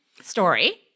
story